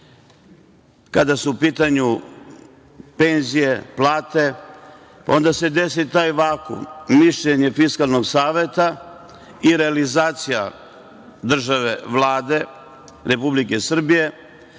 Kada su u pitanju penzije, plate, onda se desi taj vakum. Mišljenje Fiskalnog saveta i realizacija države, Vlade Republike Srbije,